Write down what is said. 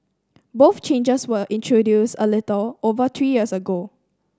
both changes were introduced a little over three years ago